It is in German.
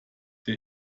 der